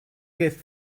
gift